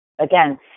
Again